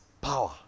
power